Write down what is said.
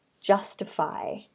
justify